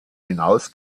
hinaus